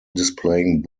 displaying